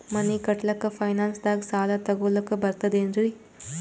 ಮನಿ ಕಟ್ಲಕ್ಕ ಫೈನಾನ್ಸ್ ದಾಗ ಸಾಲ ತೊಗೊಲಕ ಬರ್ತದೇನ್ರಿ?